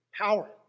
Power